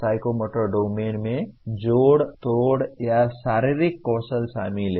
psychomotor domain में जोड़ तोड़ या शारीरिक कौशल शामिल है